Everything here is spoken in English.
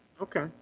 okay